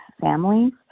families